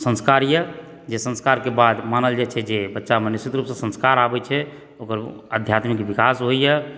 संस्कार यऽ जे संस्कारके बाद मानल जाइया जे बच्चामे निश्चित रूपसँ संस्कार आबै छै ओकर आध्यात्मिक विकास होइए